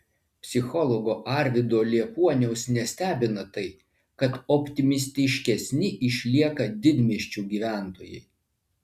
psichologo arvydo liepuoniaus nestebina tai kad optimistiškesni išlieka didmiesčių gyventojai